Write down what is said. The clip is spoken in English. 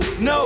no